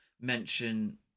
mention